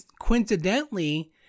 coincidentally